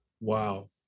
Wow